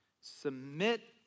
Submit